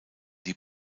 die